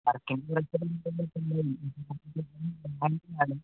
വർക്കികിങ്ന്ന് ചോദിച്ചാൽ